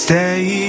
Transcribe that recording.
Stay